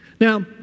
Now